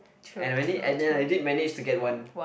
and and then I did manage to get one